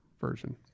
version